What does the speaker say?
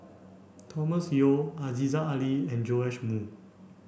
Thomas Yeo Aziza Ali and Joash Moo